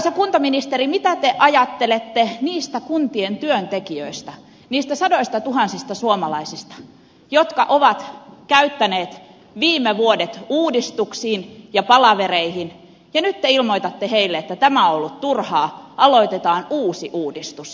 arvoisa kuntaministeri mitä te ajattelette niistä kuntien työntekijöistä niistä sadoistatuhansista suomalaisista jotka ovat käyttäneet viime vuodet uudistuksiin ja palavereihin ja nyt te ilmoitatte heille että tämä on ollut turhaa aloitetaan uusi uudistus